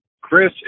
Chris